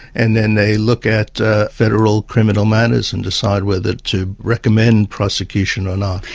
and then they look at federal criminal matters and decide whether to recommend prosecution or not.